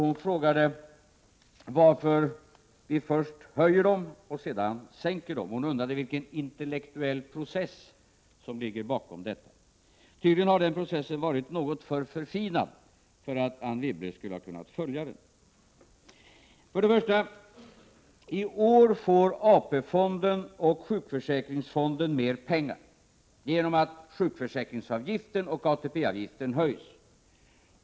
Hon frågade varför vi först höjer dem och sedan sänker dem. Hon undrade vilken intellektuell process som ligger bakom detta. Tydligen har den processen arit något för förfinad för att Anne Wibble skulle ha kunnat följa den. För det första: I år får AP-fonden och sjukförsäkringsfonden mer pengar genom att sjukförsäkringsavgiften och ATP-avgiften höjs.